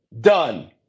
Done